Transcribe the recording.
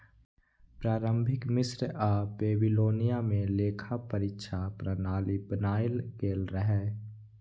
प्रारंभिक मिस्र आ बेबीलोनिया मे लेखा परीक्षा प्रणाली बनाएल गेल रहै